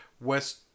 West